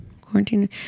Quarantine